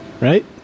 right